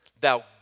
Thou